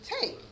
take